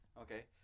Okay